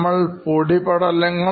നിങ്ങൾ പൊടിപടലങ്ങൾ